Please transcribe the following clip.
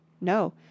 No